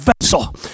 vessel